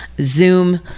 Zoom